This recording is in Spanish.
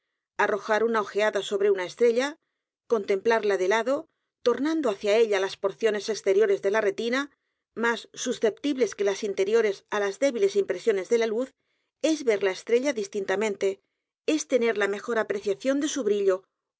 arrojar una ojeada sobre una estrella contemplarla de lado tornando hacia ella las porciones exteriores de la retina más susceptibles que las interiores á las débiles impresiones de la luz es ver la estrella distintamente es tener la mejor apreciación de su brillo